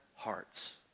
Hearts